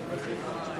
כנסת נכבדה,